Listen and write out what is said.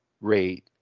rate